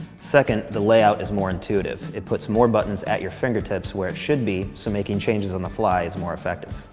second, the layout is more intuitive. it puts more buttons at your fingertips where it should be, so making changes on the fly is more effective.